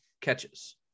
catches